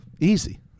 Easy